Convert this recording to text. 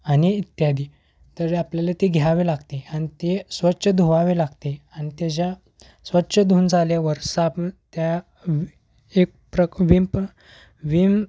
आणि इत्यादी तर आपल्याला ते घ्यावे लागते आणि ते स्वच्छ धुवावे लागते आणि त्याच्या स्वच्छ धुवून झाल्यावर साबण त्या एक प्रक विम प्र विम